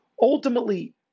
ultimately